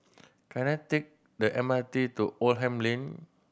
can I take the M R T to Oldham Lane